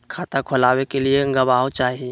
खाता खोलाबे के लिए गवाहों चाही?